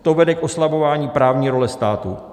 To vede k oslabování právní role státu.